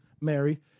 Mary